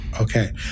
Okay